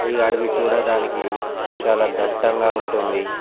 ఈ అడవి చూడడానికి చాలా ద్ధట్టంగా ఉంటుంది